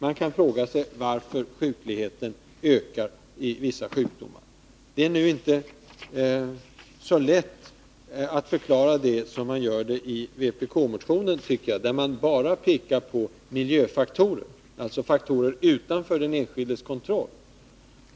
Man kan fråga sig varför sjukligheten i vissa sjukdomar har ökat. Det är inte så lätt att förklara det som vpk vill göra i sin motion, där det bara pekas på miljöfaktorer, alltså faktorer utanför den enskildes kontroll.